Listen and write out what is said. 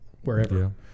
wherever